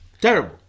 Terrible